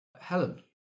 Helen